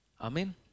Amen